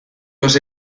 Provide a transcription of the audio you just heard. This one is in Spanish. los